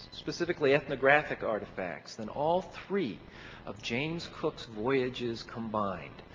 specifically ethnographic artifacts, then all three of james cook's voyages combined,